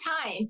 time